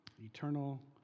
eternal